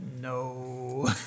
No